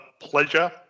pleasure